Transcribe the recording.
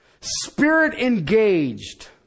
Spirit-engaged